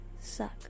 suck